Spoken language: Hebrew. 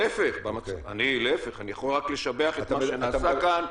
אני יכול רק לשבח את מה שנעשה כאן.